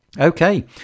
Okay